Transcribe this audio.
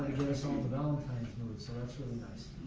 us all in the valentine's mood, so that's really nice.